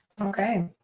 Okay